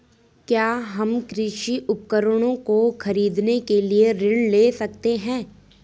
क्या हम कृषि उपकरणों को खरीदने के लिए ऋण ले सकते हैं?